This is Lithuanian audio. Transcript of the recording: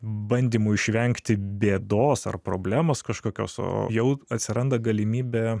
bandymu išvengti bėdos ar problemos kažkokios o jau atsiranda galimybė